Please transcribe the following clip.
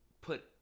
put